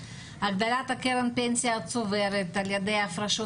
הגדלת קרן הפנסיה הצוברת על-ידי ההפרשות